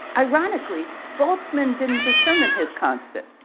ironically bolzmann didn't determine his constant,